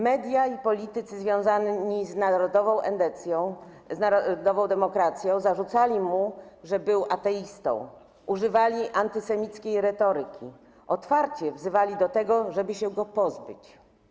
Media i politycy związani z endecją, z Narodową Demokracją zarzucali mu, że był ateistą, używali antysemickiej retoryki, otwarcie wzywali do tego, żeby się go pozbyć.